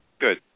Good